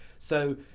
so,